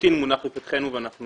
שלחלוטין מונח לפתחנו ואנחנו